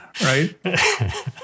right